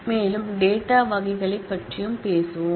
மேலும் டேட்டாவகைகளைப் பற்றியும் பேசுவோம்